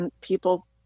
people